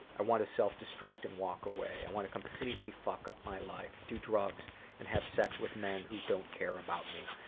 i want to self-destruct and walk away. i want to completely fuck up my life, do drugs and have sex with men who don't care about me.